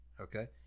Okay